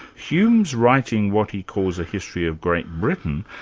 hume's writing what he calls a history of great britain,